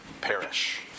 perish